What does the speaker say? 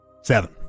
Seven